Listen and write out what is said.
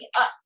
up